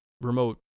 remote